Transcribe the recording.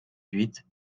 huit